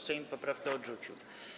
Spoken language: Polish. Sejm poprawkę odrzucił.